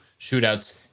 shootouts